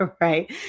right